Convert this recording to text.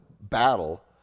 battle